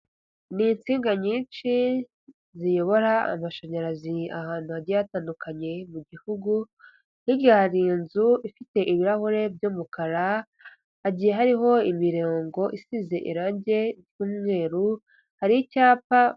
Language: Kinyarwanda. Ni insinga nyinshi ziyobora amashanyarazi ahantu hagiye hatandukanye mu gihugu, hirya hari inzu ifite ibirahure by'umukara, hagiye hariho imirongo isize irangi ry'umweru, hari icyapa...